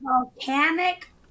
volcanic